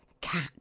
Cat